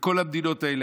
בכל המדינות האלה.